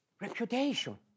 Reputation